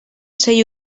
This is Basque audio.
sei